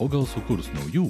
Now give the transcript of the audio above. o gal sukurs naujų